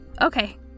Okay